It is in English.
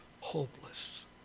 hopeless